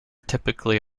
typically